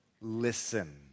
listen